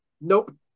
Nope